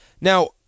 Now